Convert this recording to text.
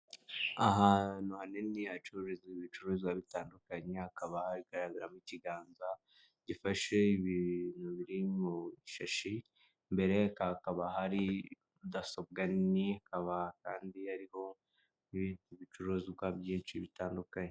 Ahantu hanini hacururizwa ibicuruzwa bitandukanye, hakaba hagaragaramo ikiganza gifashe bintu biri mu ishashi ,imbere hakaba hari mudasobwa nini ,hakaba kandi hariho ni bindi bicuruzwa byinshi bitandukanye.